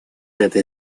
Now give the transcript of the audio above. этой